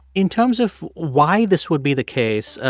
in terms of why this would be the case,